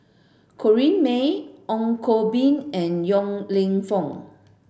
Corrinne May Ong Koh Bee and Yong Lew Foong